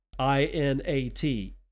I-N-A-T